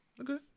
Okay